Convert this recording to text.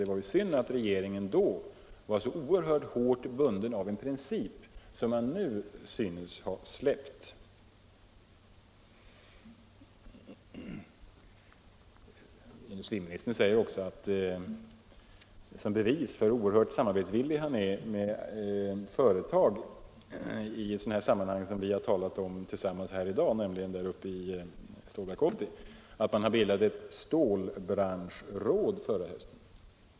Det var synd att regeringen då var så hårt bunden av en princip som man nu synes ha släppt. Industriministern säger också, som bevis för hur villig han är att samarbeta med enskilda företag i ett sådant sammanhang som vi här talar om, nämligen Stålverk 80, att man förra hösten har bildat ett stålbranschråd.